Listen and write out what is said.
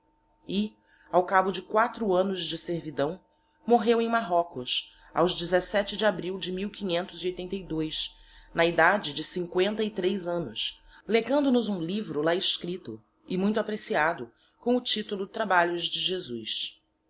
e ao cabo de quatro annos de servidão morreu em marrocos aos de abril de na idade de cincoenta e tres annos legando nos um livro lá escripto e muito apreciado com o titulo trabalhos de jesus